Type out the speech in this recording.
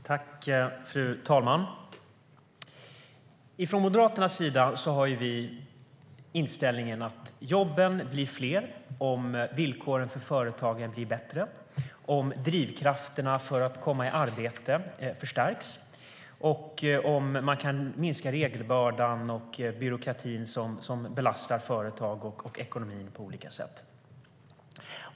Fru talman! Moderaterna har inställningen att jobben blir fler om villkoren för företagen blir bättre, om drivkrafterna för att komma i arbete förstärks och om man kan minska regelbördan och byråkratin som belastar företag och ekonomin på olika sätt.